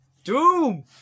Doom